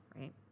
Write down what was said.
right